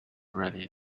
really